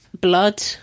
blood